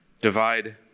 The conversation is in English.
divide